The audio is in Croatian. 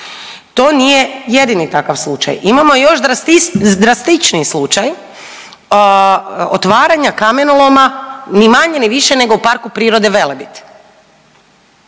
To nije jedini takav slučaj. Imamo još drastičniji slučaj otvaranja kamenoloma ni manje ni više nego u PP Velebit.